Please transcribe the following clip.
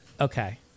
okay